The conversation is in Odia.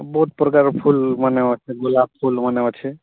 ବହୁତ୍ ପ୍ରକାର ଫୁଲ୍ମାନେ ଅଛ ମାନେ ଗୁଲାପ୍ ଫୁଲ୍ମାନେ ଅଛେ